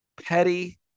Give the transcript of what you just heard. petty